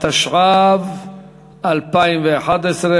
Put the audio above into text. התשע"ב 2011,